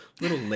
little